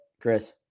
Chris